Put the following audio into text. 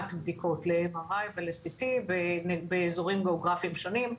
לקביעת בדיקות ל-MRI ול-CT ובאזורים גיאוגרפיים שונים.